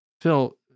Phil